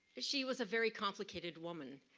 she was a very complicated woman.